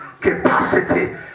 capacity